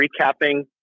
recapping